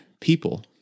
people